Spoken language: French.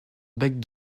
bec